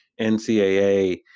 NCAA